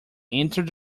entered